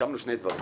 סיכמנו שני דברים.